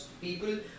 people